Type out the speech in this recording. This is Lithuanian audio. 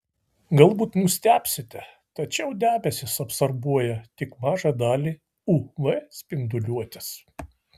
galbūt nustebsite tačiau debesys absorbuoja tik mažą dalį uv spinduliuotės